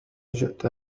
جئت